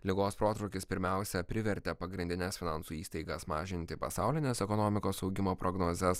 ligos protrūkis pirmiausia privertė pagrindines finansų įstaigas mažinti pasaulinės ekonomikos augimo prognozes